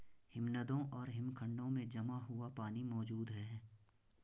हिमनदों और हिमखंडों में जमा हुआ पानी मौजूद हैं